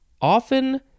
often